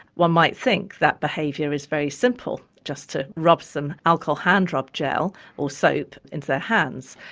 one might think that behaviour is very simple, just to rub some alcohol hand-rub gel or soap into their hands.